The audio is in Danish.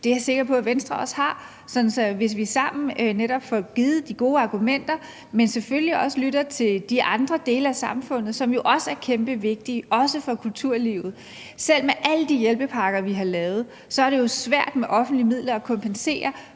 det er jeg sikker på at man også har i Venstre, og sammen kan vi netop få givet de gode argumenter. Men vi skal selvfølgelig også lytte til de andre dele af samfundet, som jo også er kæmpevigtige, også for kulturlivet. Selv med alle de hjælpepakker, vi har lavet, er det jo svært med offentlige midler at kompensere